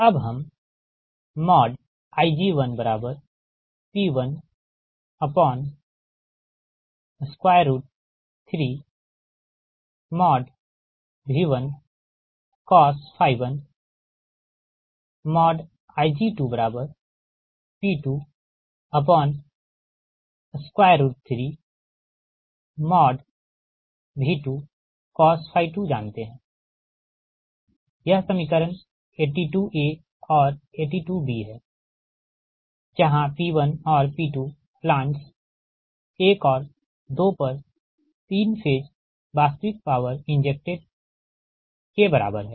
अब हम Ig1P13V1cos 1 Ig2P23V2cos 2 जानते है यह समीकरण 82 और 82 है जहाँ P1 और P2 प्लांट्स एक और दो पर 3 फेज वास्तविक पॉवर इंजेक्टेड के बराबर है